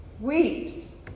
weeps